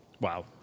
Wow